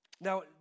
Now